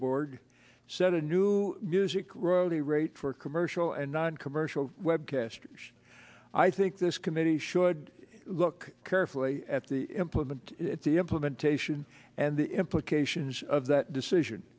board set a new music royalty rate for commercial and noncommercial web casters i think this committee should look carefully at the implement it the implementation and the implications of that decision